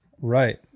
Right